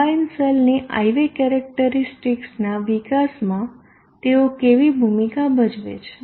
combined સેલની IV કેરેક્ટરીસ્ટિકસના વિકાસમાં તેઓ કેવી ભૂમિકા ભજવે છે